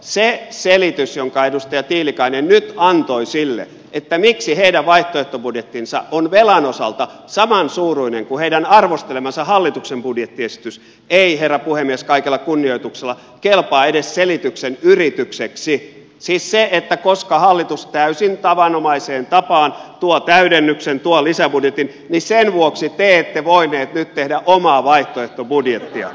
se selitys jonka edustaja tiilikainen nyt antoi siihen miksi heidän vaihtoehtobudjettinsa on velan osalta samansuuruinen kuin heidän arvostelemansa hallituksen budjettiesitys ei herra puhemies kaikella kunnioituksella kelpaa edes selityksen yritykseksi siis se että koska hallitus täysin tavanomaiseen tapaan tuo täydennyksen tuo lisäbudjetin niin sen vuoksi te ette voineet nyt tehdä omaa vaihtoehtobudjettia